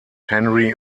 henry